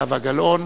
זהבה גלאון.